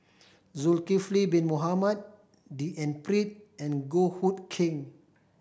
Zulkifli Bin Mohamed D N Pritt and Goh Hood Keng